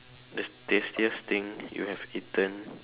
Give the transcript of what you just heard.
the tastiest thing you have eaten